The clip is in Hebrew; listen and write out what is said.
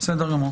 בסדר גמור.